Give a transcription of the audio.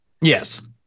Yes